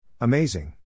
Amazing